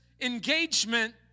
engagement